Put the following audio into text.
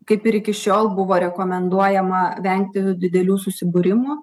kaip ir iki šiol buvo rekomenduojama vengti didelių susibūrimų